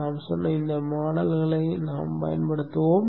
நாம்சொன்ன இந்த மாடல்களை நாம் பயன்படுத்துவோம்